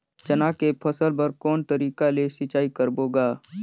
चना के फसल बर कोन तरीका ले सिंचाई करबो गा?